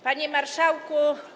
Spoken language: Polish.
Panie Marszałku!